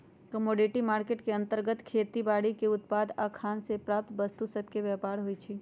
commodity market के अंतर्गत खेती बाड़ीके उत्पाद आऽ खान से प्राप्त वस्तु सभके व्यापार होइ छइ